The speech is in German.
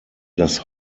dass